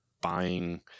buying